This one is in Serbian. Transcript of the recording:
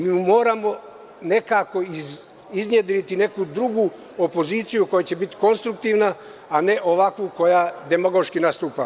Mi moramo nekako iznedriti neku drugu opoziciju, koja će biti konstruktivna, a ne ovakvu koja demagoški nastupa.